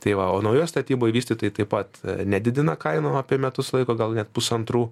tai va o naujoj statyboj vystytojai taip pat nedidina kainų apie metus laiko gal net pusantrų